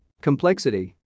Complexity